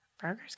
Burgers